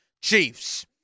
Chiefs